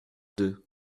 deux